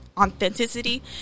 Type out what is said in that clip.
authenticity